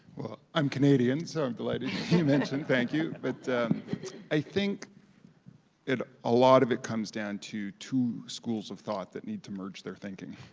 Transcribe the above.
i'm canadian, so i'm delighted you mentioned. thank you, but i think a ah lot of it comes down to two schools of thought that need to merge their thinking.